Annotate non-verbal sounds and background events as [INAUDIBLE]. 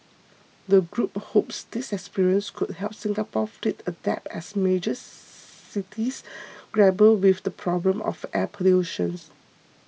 the group hopes this experience could help Singapore's fleet adapt as major [NOISE] cities grapple with the problem of air pollutions